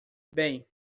bem